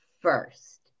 first